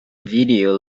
video